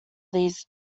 these